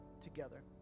together